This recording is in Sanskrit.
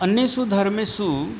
अन्येषु धर्मेषु